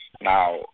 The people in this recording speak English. Now